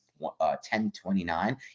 1029